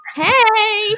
hey